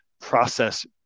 process